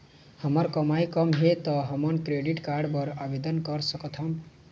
हमर कमाई कम हे ता हमन क्रेडिट कारड बर आवेदन कर सकथन?